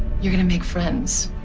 you're going to make friends.